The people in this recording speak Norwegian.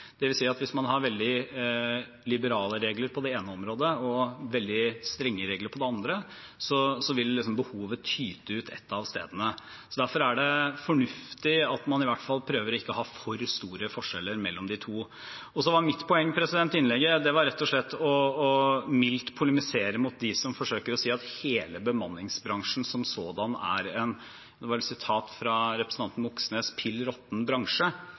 veldig strenge regler på det andre, vil behovet tyte ut et av stedene. Derfor er det fornuftig at man i hvert fall prøver å ikke ha for store forskjeller mellom de to. Mitt poeng i innlegget var rett og slett å mildt polemisere mot dem som forsøker å si at hele bemanningsbransjen som sådan er pill råtten, som vel er et sitat fra representanten Moxnes.